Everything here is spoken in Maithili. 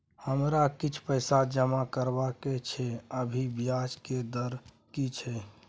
हमरा किछ पैसा जमा करबा के छै, अभी ब्याज के दर की छै?